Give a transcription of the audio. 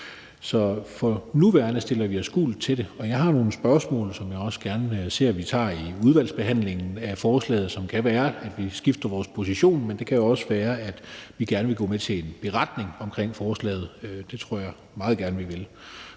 Så for nuværende er vores stilling, at vi stemmer gult til det. Og jeg har også nogle spørgsmål, som jeg gerne ser vi tager i udvalgsbehandlingen af forslaget, og som kan gøre, at vi skifter position, men det kan også være, at vi gerne vil gå med til en beretning til forslaget. Det tror jeg meget gerne vi vil.